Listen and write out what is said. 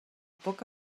poc